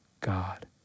God